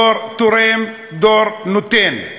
דור תורם, דור נותן?